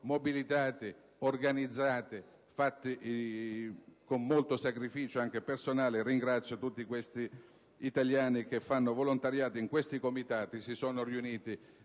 mobilitate e organizzate con molto sacrificio, anche personale. Ringrazio gli italiani che fanno volontariato in questi comitati e che si sono riuniti